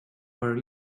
were